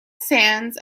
sands